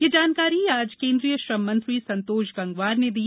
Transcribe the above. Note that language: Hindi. यह जानकारी आज केन्द्रीय श्रममंत्री संतोष गंगवार ने दी